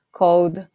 called